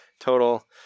total